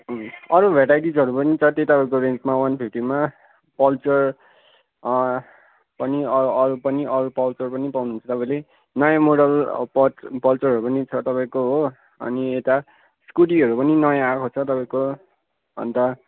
अरू भेराइटिजहरू पनि छ त्यही तपाईँको रेन्जमा वान फिप्टीमा पल्सर पनि अरू पनि अरू पल्सर पनि पाउनु हुन्छ तपाईँले नयाँ मोडल पल्सरहरू पनि छ तपाईँको हो अनि यता स्कुटीहरू पनि नयाँ आएको छ तपाईँको अन्त